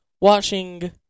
watching